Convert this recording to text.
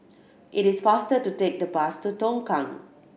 it is faster to take the bus to Tongkang